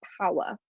power